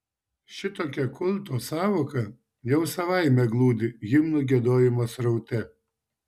šitokia kulto sąvoka jau savaime glūdi himnų giedojimo sraute